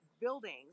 buildings